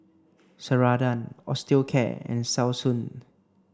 Ceradan Osteocare and Selsun